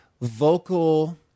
vocal